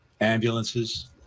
ambulances